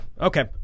Okay